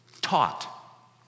taught